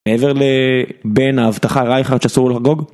מעבר לבין האבטחה רייכרד שאסור לחגוג?